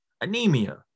anemia